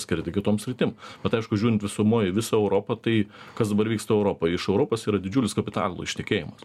skirti kitom sritim bet aišku žiūrint visumoj į visą europą tai kas dabar vyksta europoj iš europos yra didžiulis kapitalo ištekėjimas